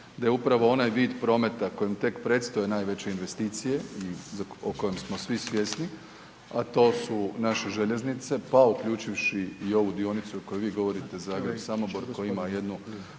da je upravo onaj vid prometa kojem te predstoje najveće investicije i o kojem smo svi svjesni, a to su naše željeznice pa uključujući i ovu dionicu o kojoj vi govorite Zagreb-Samobor koji ima jednu